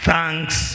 Thanks